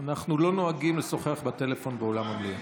אנחנו לא נוהגים לשוחח בטלפון באולם המליאה.